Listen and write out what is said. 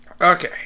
Okay